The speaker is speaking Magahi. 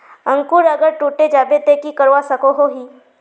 अंकूर अगर टूटे जाबे ते की करवा सकोहो ही?